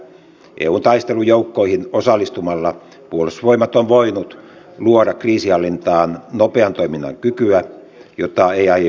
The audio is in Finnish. eun taistelujoukkoihin osallistumalla puolustusvoimat on voinut luoda kriisinhallintaan nopean toiminnan kykyä jota ei aiemmin ollut olemassa